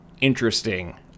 interesting